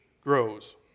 grows